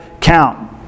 count